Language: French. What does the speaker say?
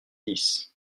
dix